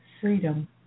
freedom